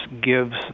gives